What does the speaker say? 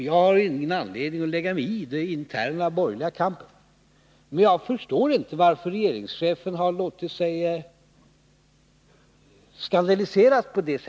Jag har ingen anledning att lägga mig i den interna borgerliga kampen, men jag förstår inte varför regeringschefen har låtit sig skandaliseras på det sättet.